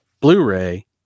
Blu-ray